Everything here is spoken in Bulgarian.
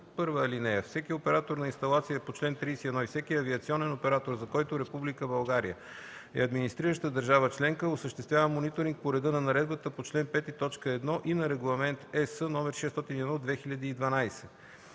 така: „(1) Всеки оператор на инсталация по чл. 31 и всеки авиационен оператор, за който Република България е администрираща държава членка, осъществява мониторинг по реда на наредбата по чл. 5, т. 1 и на Регламент (ЕС) № 601/2012.